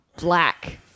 black